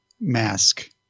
Mask